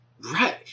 Right